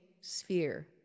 sphere